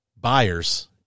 buyers